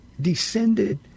descended